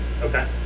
Okay